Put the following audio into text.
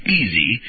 easy